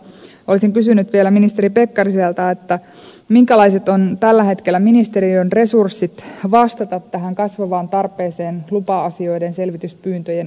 olisin kysynyt vielä ministeri pekkariselta minkälaiset ovat tällä hetkellä ministeriön resurssit vastata tähän kasvavaan tarpeeseen lupa asioiden selvityspyyntöjen ynnä muuta